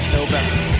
November